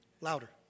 Louder